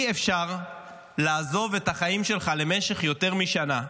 אי-אפשר לעזוב את החיים שלך למשך יותר משנה,